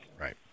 right